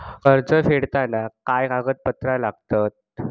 कर्ज फेडताना काय काय कागदपत्रा लागतात?